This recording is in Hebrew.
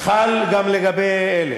חל גם לגבי אלה,